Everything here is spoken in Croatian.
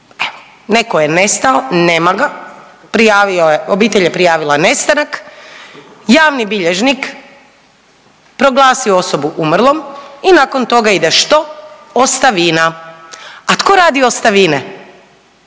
Netko je nestao, nema ga, prijavio je, obitelj je prijavila nestanak, javni bilježnik proglasi osobu umrlom i nakon toga ide što, ostavina. A tko radi ostavine?